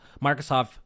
Microsoft